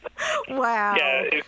Wow